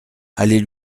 allez